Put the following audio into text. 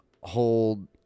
Hold